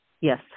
Yes